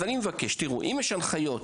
אם יש הנחיות